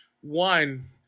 One